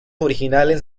originales